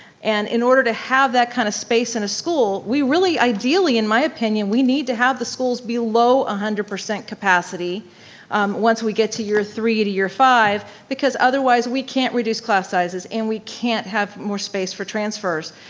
and in order to have that kind of space in a school, we really ideally in my opinion, we need to have the schools below one ah hundred percent capacity once we get to year three year to year five because otherwise we can't reduce class sizes and we can't have more space for transfers.